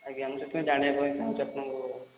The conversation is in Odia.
ଆଜ୍ଞା ମୁଁ ସେଥିପାଇଁ ଜାଣିବା ପାଇଁ ଚାହୁଁଛି ଆପଣଙ୍କୁ